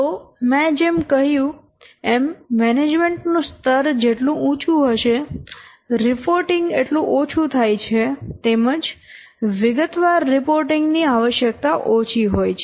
તો મેં જેમ કહ્યું એમ મેનેજમેન્ટ નું સ્તર જેટલું ઉંચું હશે રિપોર્ટિંગ એટલું ઓછું થાય છે તેમજ વિગતવાર રિપોર્ટિંગ ની આવશ્યકતા ઓછી હોય છે